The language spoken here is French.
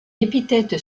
épithète